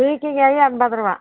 பீர்க்கங்காயும் எண்பது ரூபா